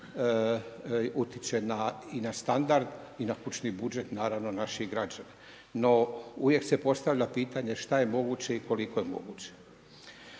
utječe i na standard i na kućni budžet naših građana. No uvijek se postavlja pitanje šta je moguće i koliko je moguće.